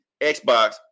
xbox